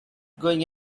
going